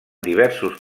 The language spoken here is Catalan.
diversos